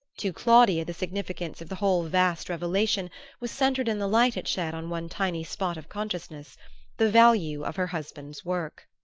to claudia the significance of the whole vast revelation was centred in the light it shed on one tiny spot of consciousness the value of her husband's work.